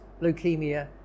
leukemia